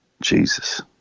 Jesus